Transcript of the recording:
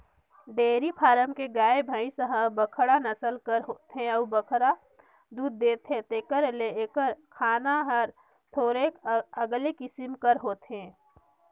dairy farm के गाय, भंइस ह बड़खा नसल कर होथे अउ बगरा दूद देथे तेकर ले एकर खाना हर थोरोक अलगे किसिम कर होथे